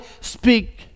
speak